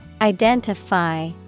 Identify